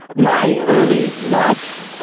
my early life,